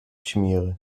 schmiere